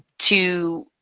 to,